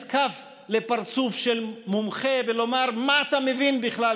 כף לפרצוף של מומחה ולומר: מה אתה מבין בכלל?